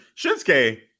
Shinsuke